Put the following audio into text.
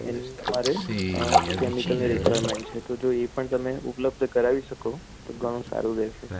એની અમારે કેમિકલની રિક્વાયરમેન્ટ છે જો એ પણ ઉપલબ્ધ જો કરાવી શકો તો ઘણું સારું રહેશે